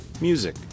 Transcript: music